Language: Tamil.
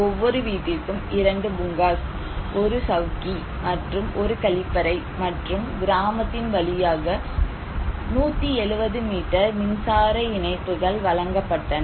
ஒவ்வொரு வீட்டிற்கும் 2 பூங்காஸ் 1 சவ்கி மற்றும் ஒரு கழிப்பறை மற்றும் கிராமத்தின் வழியாக 170 மீட்டர் மின்சார இணைப்புகள் வழங்கப்பட்டன